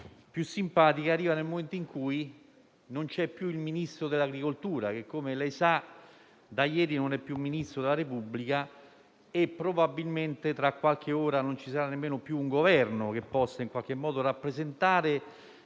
più simpatica è che giunge nel momento in cui non c'è più il Ministro delle politiche agricole. Come lei sa, da ieri non è più Ministro della Repubblica e probabilmente, tra qualche ora, non ci sarà nemmeno più un Governo che possa rappresentare